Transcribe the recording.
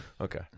Okay